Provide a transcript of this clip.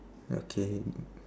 okay